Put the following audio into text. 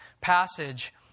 passage